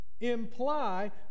imply